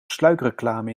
sluikreclame